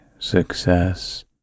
success